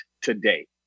today